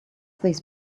these